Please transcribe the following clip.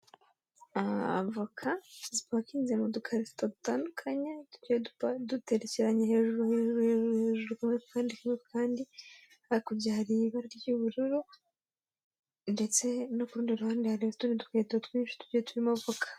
Avoka zipakinze mu dukarito dutandukanye, tugiye duterekeranyije hejuru, hejuru, hejuru, hejuru, kamwe ku kandi kamwe ku kandi, hakurya hari ibara ry'ubururu, ndetse no kurundi ruhande hari utundi dukarito twinshi tugiye turimo avoka.